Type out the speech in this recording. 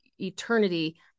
eternity